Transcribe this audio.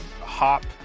hop